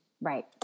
Right